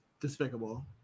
Despicable